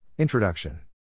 Introduction